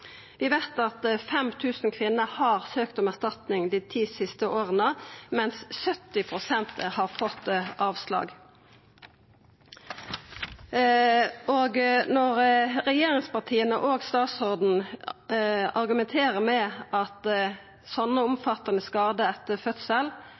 Vi veit at 5 000 kvinner har søkt om erstatning dei ti siste åra, og at 70 pst. har fått avslag. Og når regjeringspartia og statsråden argumenterer med at